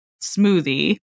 smoothie